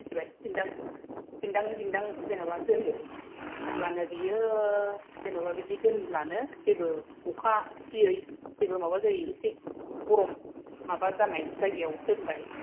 मिथिबाय दिन्दां दिन्दां दिन्दां जेनबा दोनदो अब्लानो बियो जेनबा बिदि दोनब्लानो जेबो अखा सियै जेबो माबा जायै एसे गरम माबा जानाय जायगायाव दोनबाय